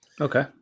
Okay